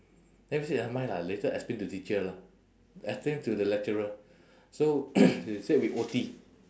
then we say nevermind lah later explain to teacher lah explain to the lecturer so we said we O_T